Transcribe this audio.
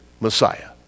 Messiah